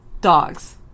Dogs